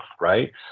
right